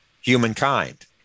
humankind